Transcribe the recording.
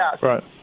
right